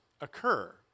occur